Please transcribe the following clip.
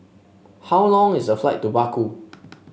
how long is the flight to Baku